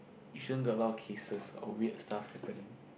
Yishun got a lot of cases of weird stuff happening